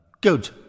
Good